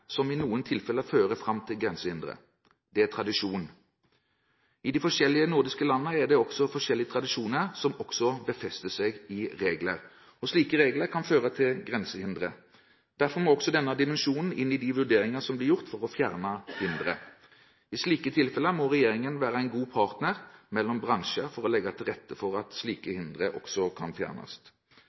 som i noen tilfeller fører til grensehindre: tradisjon. I de forskjellige nordiske landene er det ulike tradisjoner som også befester seg i regler. Slike regler kan føre til grensehindre. Derfor må også denne dimensjonen inn i de vurderingene som blir gjort for å fjerne hindre. I slike tilfeller må regjeringen være en god partner for bransjer for å legge til rette for at slike hindre også kan fjernes.